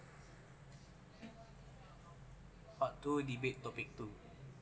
part two debate topic two